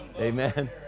amen